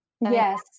yes